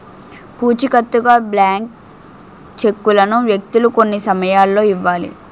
పూచికత్తుగా బ్లాంక్ చెక్కులను వ్యక్తులు కొన్ని సమయాల్లో ఇవ్వాలి